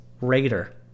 Raider